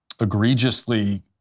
egregiously